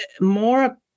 more